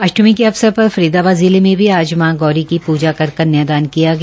अष्टमी के अवसर पर फरीदाबाद जिले में भी आज मां गौरी की पूजा कर कन्यादान किया गया